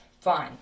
fine